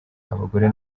abagore